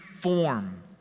form